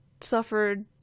suffered